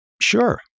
sure